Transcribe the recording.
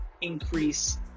increase